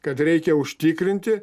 kad reikia užtikrinti